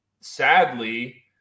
sadly